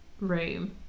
room